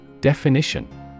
Definition